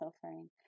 suffering